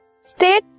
State